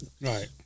Right